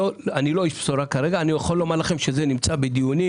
כרגע אני לא איש בשורה אבל אני יכול לומר לכם שזה נמצא בדיונים,